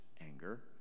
anger